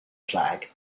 flag